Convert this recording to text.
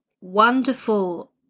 wonderful